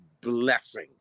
blessing